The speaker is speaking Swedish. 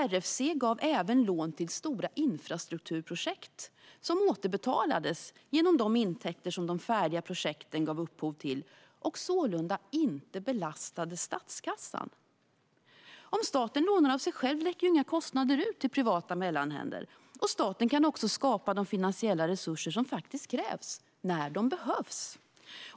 RFC gav även lån till stora infrastrukturprojekt, som återbetalades genom de intäkter som de färdiga projekten gav upphov till och sålunda inte belastade statskassan. Om staten lånar av sig själv läcker inga kostnader ut till privata mellanhänder, och staten kan också skapa de finansiella resurser som faktiskt krävs när de behövs.